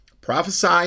prophesy